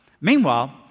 Meanwhile